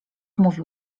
mówił